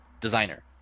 designer